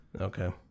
Okay